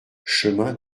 chemin